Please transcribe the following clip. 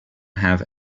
have